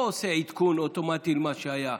לא עושה עדכון אוטומטי למה שהיה,